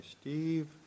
Steve